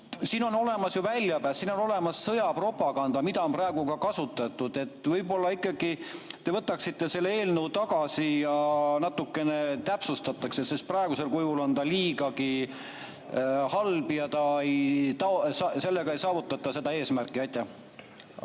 on ju olemas väljapääs. Siin on olemas sõjapropaganda, mida on praegu kasutatud. Võib-olla ikkagi te võtate selle eelnõu tagasi ja natukene seda täpsustatakse. Praegusel kujul on ta liigagi halb ja sellega ei saavutata eesmärki. Aitäh,